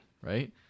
Right